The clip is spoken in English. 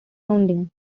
founding